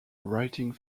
writing